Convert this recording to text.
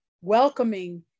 welcoming